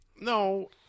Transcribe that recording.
No